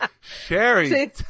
Sherry